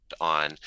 on